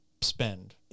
spend